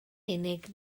unig